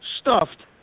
stuffed